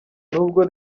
nubwo